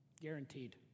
Guaranteed